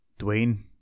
Dwayne